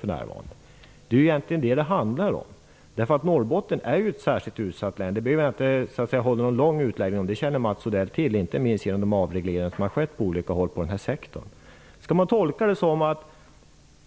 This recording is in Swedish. Det hela handlar egentligen om detta. Norrbotten är ett särskilt utsatt län. Jag behöver inte ha någon lång utläggning om detta. Mats Odell känner till detta, inte minst på grund av den avreglering som har skett inom sektorn. Går det att tolka det hela så att